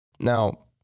Now